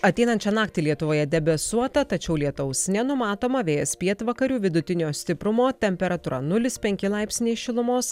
ateinančią naktį lietuvoje debesuota tačiau lietaus nenumatoma vėjas pietvakarių vidutinio stiprumo temperatūra nulis penki laipsniai šilumos